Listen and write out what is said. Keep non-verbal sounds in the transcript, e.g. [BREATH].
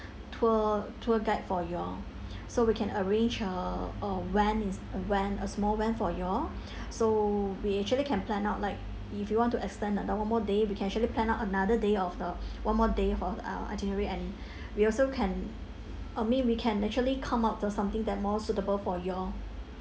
tour tour guide for y'all so we can arrange uh a van is van a small van for y'all [BREATH] so we actually can plan out like if you want to extend another one more day we can actually plan out another day of the one more day of our itinerary and [BREATH] we also can I mean we can actually come up to something that more suitable for y'all